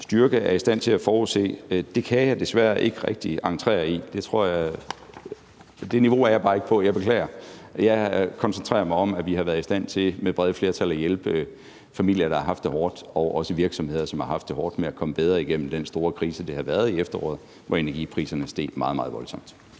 styrke er i stand til at forudse, kan jeg desværre ikke rigtig entrere i. Det niveau tror jeg bare ikke jeg er på, og jeg beklager. Jeg koncentrerer mig om, at vi har været i stand til – med brede flertal – at hjælpe familier, der har haft det hårdt, og også virksomheder, der har haft det hårdt, med at komme bedre igennem den store krise, der har været i efteråret, hvor energipriserne steg meget, meget voldsomt.